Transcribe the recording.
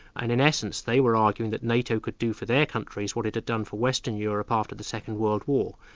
and in essence, they were arguing that nato could do for their countries what it had done for western europe after the second world war,